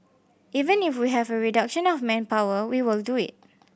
even if we have a reduction of manpower we will do it